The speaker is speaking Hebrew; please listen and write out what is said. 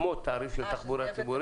כמו תעריף של תחבורה ציבורית.